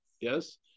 yes